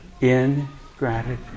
Ingratitude